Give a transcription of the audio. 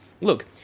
look